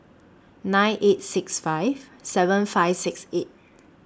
nine eight six five seven five six eight